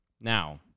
Now